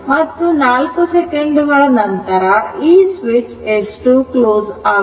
ಮತ್ತು 4 second ನಂತರ ಈ ಸ್ವಿಚ್ S 2 ಕ್ಲೋಸ್ ಆಗುತ್ತದೆ